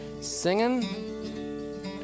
Singing